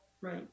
Right